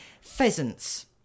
Pheasants